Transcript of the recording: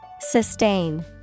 Sustain